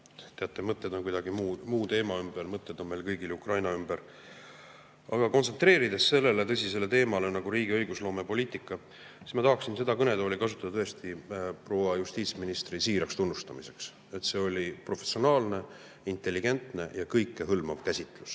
Teate, mõtted on kuidagi muu teema ümber. Mõtted on meil kõigil Ukraina ümber. Aga kontsentreerudes sellisele tõsisele teemale nagu riigi õigusloomepoliitika, tahaksin ma seda kõnetooli kasutada proua justiitsministri siiraks tunnustamiseks. See oli professionaalne, intelligentne ja kõikehõlmav käsitlus.